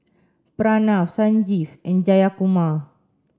Pranav Sanjeev and Jayakumar